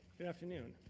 afternoon.